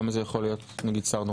למה זה יכול להיות נגיד שר נורבגי?